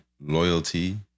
loyalty